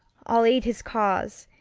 i'll aid his cause.